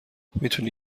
میتونی